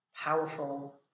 powerful